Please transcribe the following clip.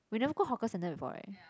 we never go hawker-centre before right